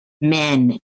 men